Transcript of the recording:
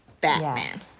Batman